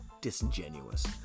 disingenuous